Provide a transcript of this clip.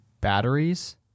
batteries